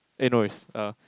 eh no is err